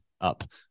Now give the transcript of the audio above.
up